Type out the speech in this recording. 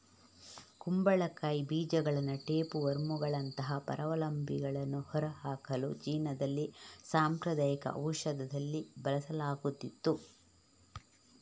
ಕುಂಬಳಕಾಯಿ ಬೀಜಗಳನ್ನ ಟೇಪ್ ವರ್ಮುಗಳಂತಹ ಪರಾವಲಂಬಿಗಳನ್ನು ಹೊರಹಾಕಲು ಚೀನಾದಲ್ಲಿ ಸಾಂಪ್ರದಾಯಿಕ ಔಷಧದಲ್ಲಿ ಬಳಸಲಾಗುತ್ತಿತ್ತು